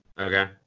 Okay